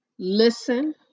listen